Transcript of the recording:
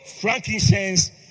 frankincense